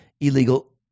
illegal